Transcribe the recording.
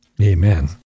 Amen